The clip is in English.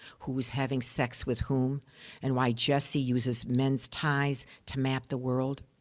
who's having sex with whom and why jesse uses men's ties to map the world.